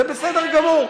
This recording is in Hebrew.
זה בסדר גמור.